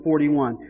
41